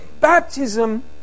Baptism